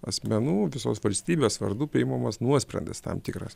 asmenų visos valstybės vardu priimamas nuosprendis tam tikras